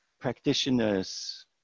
practitioners